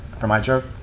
for my truck,